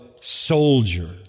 soldier